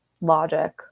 logic